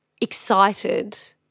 excited